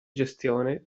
gestione